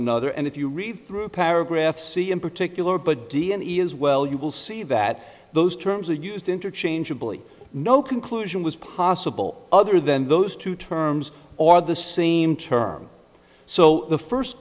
another and if you read through paragraph c in particular but d n a is well you will see that those terms are used interchangeably no conclusion was possible other than those two terms are the same term so the first